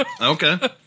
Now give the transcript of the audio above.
Okay